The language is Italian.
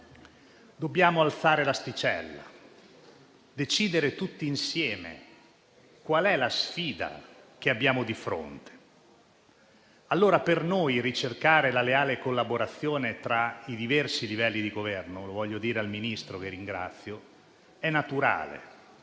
dobbiamo alzare l'asticella e decidere tutti insieme qual è la sfida che abbiamo di fronte. Per noi è naturale ricercare la leale collaborazione tra i diversi livelli di governo e desidero dirlo al Ministro, che ringrazio. Sappiamo